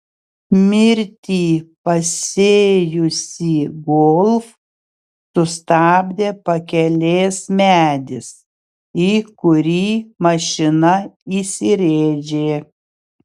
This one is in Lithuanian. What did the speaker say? mirtį pasėjusį golf sustabdė pakelės medis į kurį mašina įsirėžė